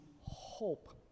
hope